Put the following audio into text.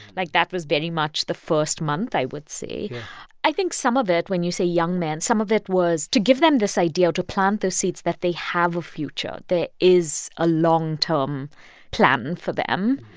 like, that was very much the first month, i would say i think some of it when you say young man some of it was to give them this idea, to plant those seeds that they have a future. there is a long-term plan for them,